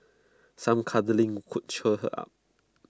some cuddling could cheer her up